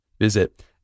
visit